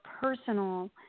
personal